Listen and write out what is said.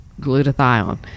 glutathione